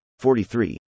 43